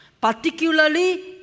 particularly